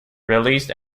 released